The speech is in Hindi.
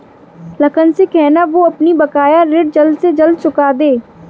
लखन से कहना, वो अपना बकाया ऋण जल्द से जल्द चुका दे